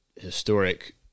historic